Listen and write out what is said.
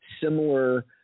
similar